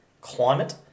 Climate